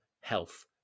health